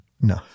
No